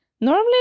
Normally